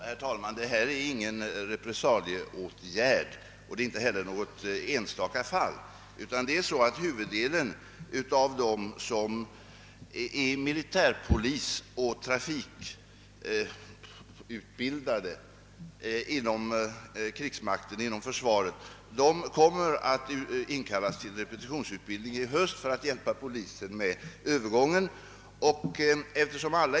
Herr talman! Detta är ingen repressalieåtgärd, och det är inte heller fråga om något enstaka fall. Huvuddelen av dem som är militärpolisoch trafikutbildade inom försvaret kommer att inkallas till repetitionsövning i höst för att hjälpa polisen med övergången till högertrafik.